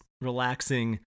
relaxing